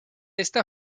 esta